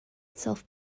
self